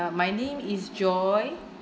my name is joy